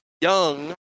young